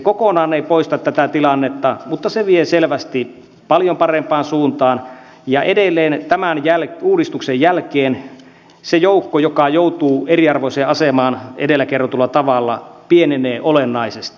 se ei kokonaan poista tätä tilannetta mutta se vie selvästi paljon parempaan suuntaan ja edelleen tämän uudistuksen jälkeen se joukko joka joutuu eriarvoiseen asemaan edellä kerrotulla tavalla pienenee olennaisesti